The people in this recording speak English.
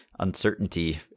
uncertainty